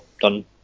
done